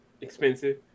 expensive